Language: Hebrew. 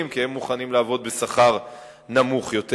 כי הם מוכנים לעבוד בשכר נמוך יותר.